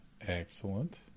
Excellent